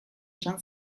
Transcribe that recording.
esan